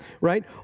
right